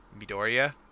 Midoriya